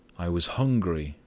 i was hungry,